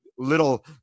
little